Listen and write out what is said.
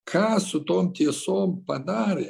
ką su tom tiesom padarė